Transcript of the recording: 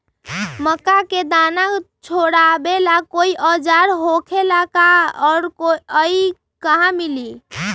मक्का के दाना छोराबेला कोई औजार होखेला का और इ कहा मिली?